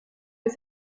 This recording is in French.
est